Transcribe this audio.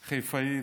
חיפאית,